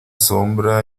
sombra